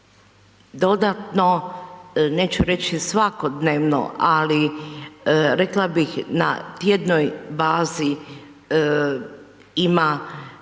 dodatno neću reći svakodnevno ali rekla bih na tjednoj bazi ima